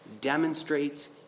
demonstrates